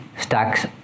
stacks